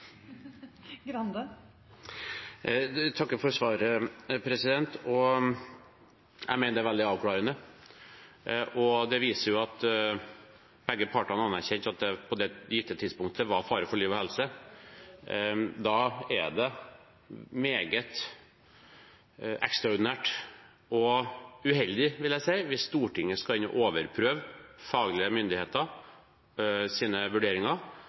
takker for svaret. Jeg mener det er veldig avklarende, og det viser at begge partene anerkjente at det på det gitte tidspunktet var fare for liv og helse. Da er det meget ekstraordinært og uheldig, vil jeg si, hvis Stortinget skal inn og overprøve faglige myndigheters vurderinger